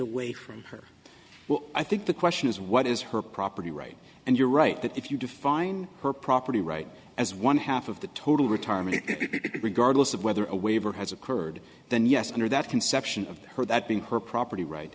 away from her well i think the question is what is her property right and you're right that if you define her property right as one half of the total retirement it regardless of whether a waiver has occurred then yes under that conception of her that being her property right